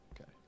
Okay